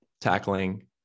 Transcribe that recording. tackling